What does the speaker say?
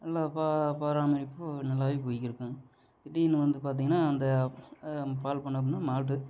நல்லா ப பராமரிப்பு நல்லாவே போய்க்கிருக்கும் திடீர்னு வந்து பார்த்தீங்கன்னா அந்த பால் பண்ணை அப்பின்னா மாடு